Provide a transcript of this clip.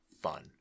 fun